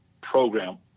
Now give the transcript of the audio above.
program